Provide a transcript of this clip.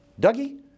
Dougie